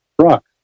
rock